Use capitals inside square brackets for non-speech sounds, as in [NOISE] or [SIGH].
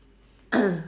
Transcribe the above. [COUGHS]